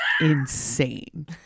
insane